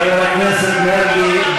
חבר הכנסת מרגי.